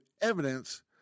evidence